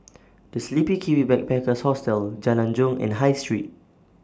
The Sleepy Kiwi Backpackers Hostel Jalan Jong and High Street